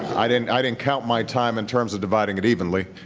i didn't i didn't count my time in terms of dividing it evenly.